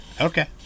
Okay